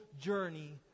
journey